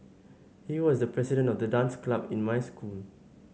he was the president of the dance club in my school